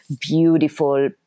beautiful